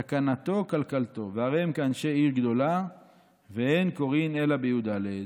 תקנתו קלקלתו והרי הם כאנשי עיר גדולה ואין קוראין אלא בי"ד".